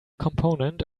component